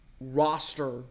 roster